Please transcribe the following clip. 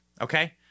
okay